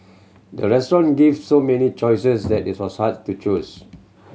the restaurant gave so many choices that it was hard to choose